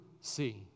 see